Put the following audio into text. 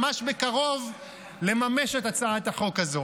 ממש בקרוב לממש את הצעת החוק הזו.